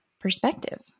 perspective